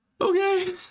Okay